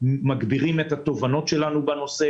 מגבירים את התובנות שלנו בנושא.